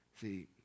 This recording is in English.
See